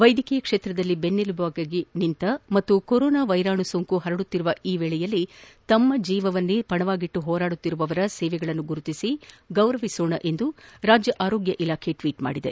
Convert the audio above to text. ವೈದ್ಯಕೀಯ ಕ್ಷೇತ್ರದಲ್ಲಿ ಬೆನ್ನೆಲುಬಾಗಿ ನಿಂತ ಮತ್ತು ಕೊರೋನಾ ವೈರಸ್ ಸೋಂಕು ಪರಡುತ್ತಿರುವ ಈ ಸಮಯದಲ್ಲಿ ತಮ್ಮ ಜೀವವನ್ನು ಪಣವಾಗಿಟ್ಟು ಹೋರಾಡುತ್ತಿರುವವರ ಸೇವೆಗಳನ್ನು ಗುರುತಿಸಿ ಗೌರವಿಸೋಣ ಎಂದು ರಾಜ್ಯ ಆರೋಗ್ಯ ಇಲಾಖೆ ಟ್ವೀಟ್ ಮಾಡಿದೆ